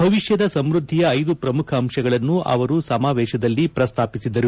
ಭವಿಷ್ಯದ ಸಮೃದ್ದಿಯ ಐದು ಪ್ರಮುಖ ಅಂಶಗಳನ್ನು ಅವರು ಸಮಾವೇಶದಲ್ಲಿ ಪ್ರಸ್ತಾಪಿಸಿದರು